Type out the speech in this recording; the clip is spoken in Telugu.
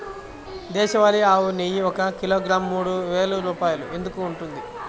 దేశవాళీ ఆవు నెయ్యి ఒక కిలోగ్రాము మూడు వేలు రూపాయలు ఎందుకు ఉంటుంది?